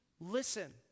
Listen